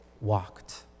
walked